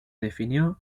definió